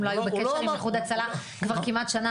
הם לא היו בקשר עם איחוד הצלה כבר כמעט שנה,